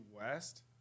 West